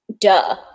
duh